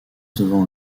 devant